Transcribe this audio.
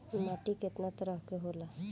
माटी केतना तरह के होला?